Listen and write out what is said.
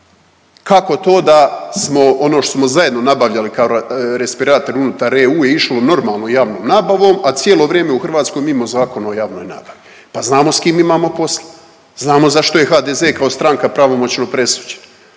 Kako to da smo ono što smo zajedno nabavljali kao respirator unutar EU je išlo normalno javnom nabavom, a cijelo vrijeme u Hrvatskoj mimo Zakona o javnoj nabavi? Pa znamo s kim imamo posla, znamo zašto je HDZ kao stranka pravomoćno presuđena.